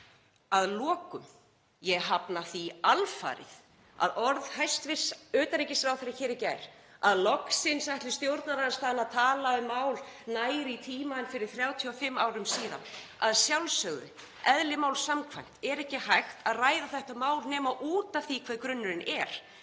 Að lokum þá hafna ég alfarið orðum hæstv. utanríkisráðherra, að loksins ætli stjórnarandstaðan að tala um mál nær í tíma en fyrir 35 árum síðan. Að sjálfsögðu, eðli máls samkvæmt, er ekki hægt að ræða þetta mál nema út af því hver grunnurinn er.